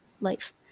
life